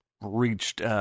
reached